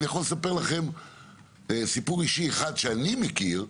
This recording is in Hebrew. אני יכול לספר סיפור אישי שאני מכיר,